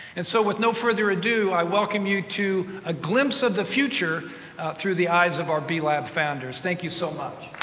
and so with no further ado, i welcome you to a glimpse of the future through the eyes of our b-lab founders. thank you so much.